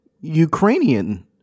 Ukrainian